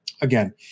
again